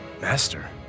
Master